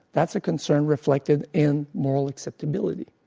that's a concern reflected in moral acceptability.